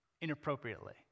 inappropriately